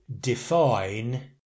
define